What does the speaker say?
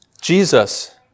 Jesus